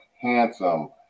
handsome